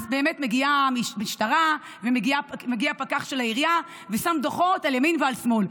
אז באמת מגיעה המשטרה ומגיע פקח של העירייה ושם דוחות על ימין ועל שמאל.